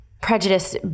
prejudice